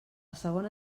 segona